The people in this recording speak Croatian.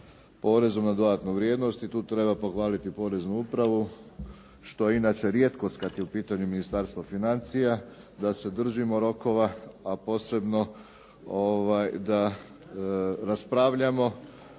porezom na dodatnu vrijednost i tu treba pohvaliti poreznu upravu, što je inače rijetkost kad je u pitanju Ministarstvo financija da se držimo rokova, a posebno da raspravljamo